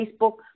Facebook